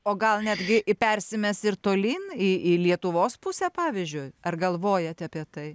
o gal netgi į persimes ir tolyn į į lietuvos pusę pavyzdžiui ar galvojat apie tai